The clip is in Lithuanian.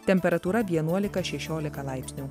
temperatūra vienuolika šešiolika laipsnių